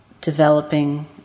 developing